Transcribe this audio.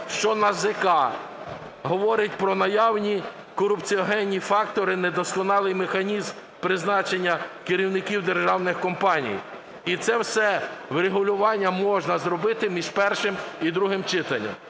що НАЗК говорить про наявні корупціогенні фактори, недосконалий механізм призначення керівників державних компаній. І це все врегулювання можна зробити між першим і другим читанням.